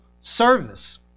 service